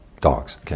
dogs